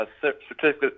certificate